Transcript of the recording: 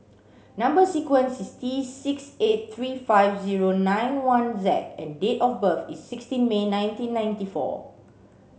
number sequence is T six eight three five zero nine one Z and date of birth is sixteen May nineteen ninety four